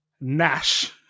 Nash